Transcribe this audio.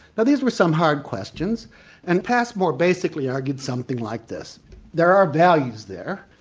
now these were some hard questions and passmore basically argued something like this there are values there,